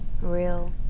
real